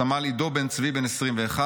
סמל עידו בן צבי, בן 21,